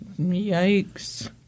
yikes